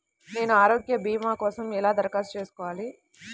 నేను ఆరోగ్య భీమా కోసం ఎలా దరఖాస్తు చేసుకోవాలి?